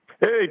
Hey